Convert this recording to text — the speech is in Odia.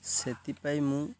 ସେଥିପାଇଁ ମୁଁ